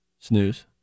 Snooze